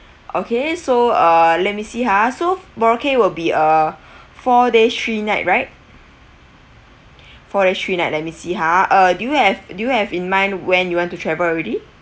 okay so uh let me see ha so boracay will be a four day three night right four day three night let me see ha uh do you have do you have in mind when you want to travel already